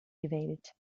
gewählt